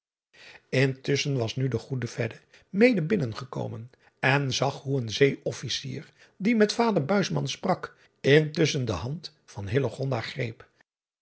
ntusschen was nu de goede mede binnengekomen en zag hoe een eeofficier die met vader sprak intusschen de hand van greep